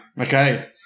Okay